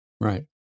Right